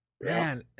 Man